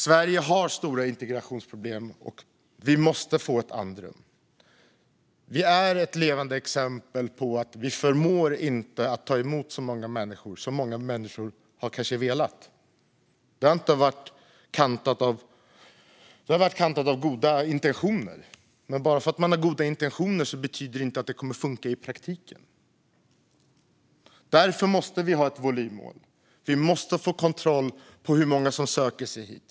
Sverige har stora integrationsproblem, och vi måste få ett andrum. Vi är ett levande exempel på att vi inte förmår ta emot så många människor som många kanske har velat. Det har varit kantat av goda intentioner, men bara för att man har goda intentioner betyder det inte att det kommer att funka i praktiken. Därför måste vi ha ett volymmål. Vi måste få kontroll över hur många som söker sig hit.